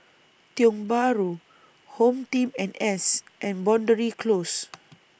Tiong Bahru HomeTeam N S and Boundary Close